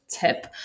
tip